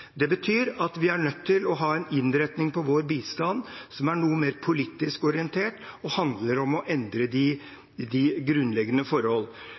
Det betyr at vi er nødt til å ha en innretning på vår bistand som er noe mer politisk orientert og handler om å endre de grunnleggende